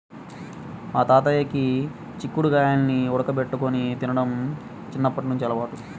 మా తాతయ్యకి చిక్కుడు గాయాల్ని ఉడకబెట్టుకొని తినడం చిన్నప్పట్నుంచి అలవాటు